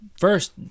first